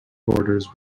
borders